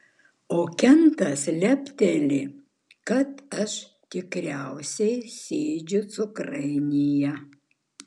o kentas lepteli kad aš tikriausiai sėdžiu cukrainėje